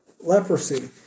leprosy